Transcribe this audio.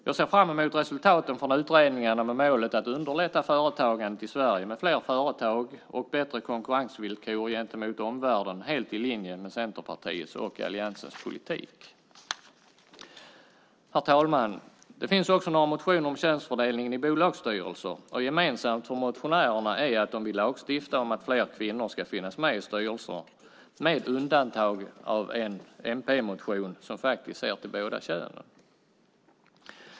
Jag ser fram emot resultaten från utredningarna med målet att underlätta företagandet i Sverige med fler företag och bättre konkurrensvillkor gentemot omvärlden - helt i linje med Centerpartiets och alliansens politik. Herr talman! Det finns också några motioner om könsfördelningen i bolagsstyrelser. Gemensamt för motionärerna är att de vill lagstifta om att fler kvinnor ska finnas med i styrelserna, med undantag av en mp-motion som faktiskt ser till båda könen.